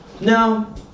No